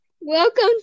Welcome